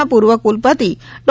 ના પૂર્વ કુલપતિ ડો